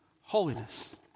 holiness